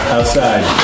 Outside